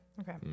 Okay